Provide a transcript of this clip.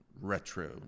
retro